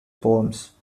poems